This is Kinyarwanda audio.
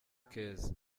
keza